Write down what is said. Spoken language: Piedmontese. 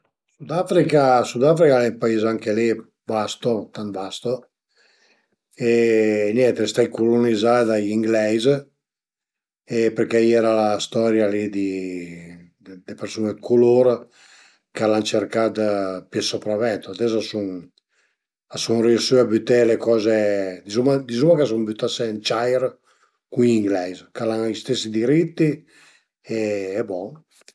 Sicürament al e stait, al e stait ël caval, ël caval l'ai vistlo che suma andait a fe ën gir parei ën muntagna cun d'amis e suma andait ënt ün manegio, ün maneggio di cavai e a i era, stu caval si a l era verament verament aut, al era 'na bela bestia e sun nen riesü a muntelu però